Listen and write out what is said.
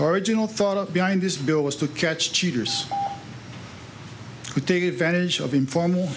origin all thought behind this bill was to catch cheaters to take advantage of informal